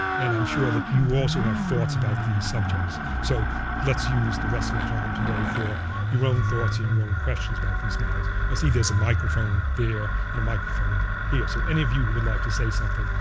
and i'm sure that you also have thoughts about these subjects. so let's use the rest of the time today for your own thoughts and your own questions about these matters. i see there's a microphone there and a microphone here. so any of you who would like to say something,